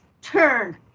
turn